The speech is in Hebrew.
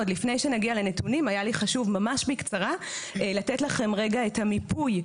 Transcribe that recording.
עוד לפני שנגיע לנתונים היה לי חשוב ממש בקצרה לתת לכם רגע את המיפוי.